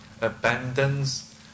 abandons